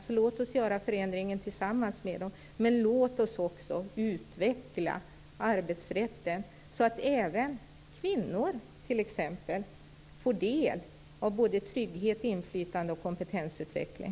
Låt oss alltså göra förändringen tillsammans med dem, men låt oss också utveckla arbetsrätten, så att t.ex. även kvinnor får del av trygghet, inflytande och kompetensutveckling.